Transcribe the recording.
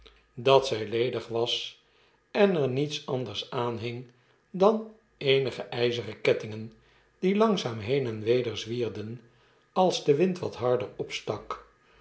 dat zij ledig was en er niets anders aanhing dan eenige yzeren kettingen die langzaam been en weder zwierden als de wind wat harder opstak